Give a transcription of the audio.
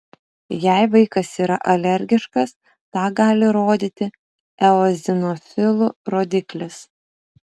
jei vaikas yra alergiškas tą gali rodyti eozinofilų rodiklis